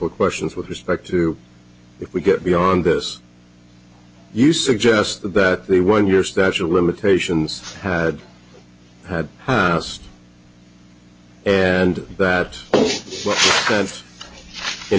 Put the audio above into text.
questions with respect to if we get beyond this you suggest that the one year statute of limitations had had house and that